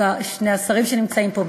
שני השרים שנמצאים פה,